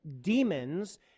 demons